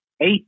Eight